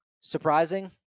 surprising